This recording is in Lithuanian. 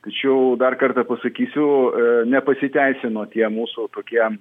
tačiau dar kartą pasakysiu nepasiteisino tie mūsų tokie